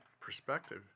perspective